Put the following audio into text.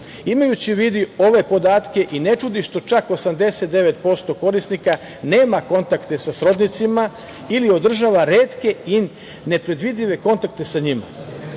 u vidu ove podatke i ne čudi što čak 89% korisnika nema kontakte sa srodnicima ili održava retke i nepredvidive kontakte sa njima.